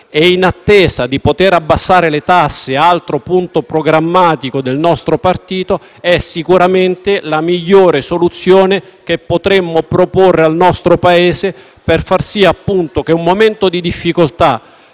e, in attesa di poter abbassare le tasse (altro punto programmatico del nostro partito), è sicuramente la migliore soluzione che potremmo proporre al nostro Paese in un momento di difficoltà